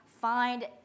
find